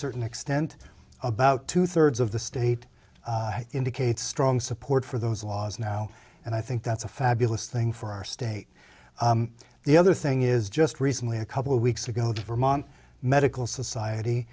certain extent about two thirds of the state indicates strong support for those laws now and i think that's a fabulous thing for our state the other thing is just recently a cup weeks ago to vermont medical society